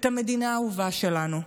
את המדינה האהובה שלנו,